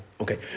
Okay